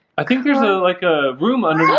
i think there's no like a room on